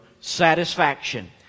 satisfaction